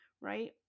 right